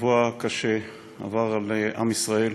שבוע קשה עבר על עם ישראל.